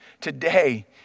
today